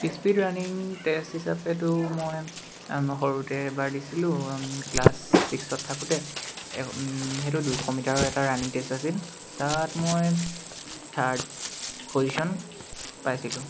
speed running test হিচাপেতো মই সৰুতে এবাৰ দিছিলোঁ ক্লাছ ছিক্সত থাকোঁতে সেইটো দুশ মিটাৰ এটা ৰাণিং টেষ্ট আছিল তাত মই থাৰ্ড পজিশ্যন পাইছিলোঁ